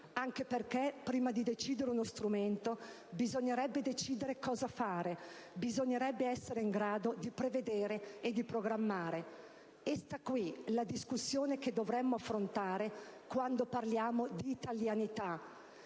Anche perché, prima di decidere uno strumento, bisognerebbe decidere cosa fare, bisognerebbe essere in grado di prevedere e di programmare. Sta qui la discussione che dovremmo affrontare quando parliamo di italianità.